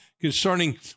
concerning